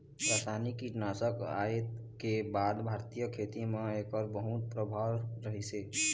रासायनिक कीटनाशक आए के बाद भारतीय खेती म एकर बहुत प्रभाव रहीसे